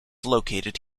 located